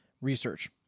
Research